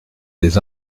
des